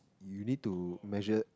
you need to measure